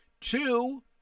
Two